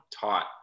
taught